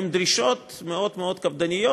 עם דרישות מאוד מאוד קפדניות.